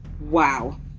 Wow